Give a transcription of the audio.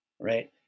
Right